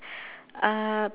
uh